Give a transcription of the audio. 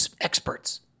experts